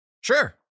Sure